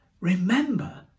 Remember